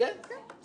כן, כן.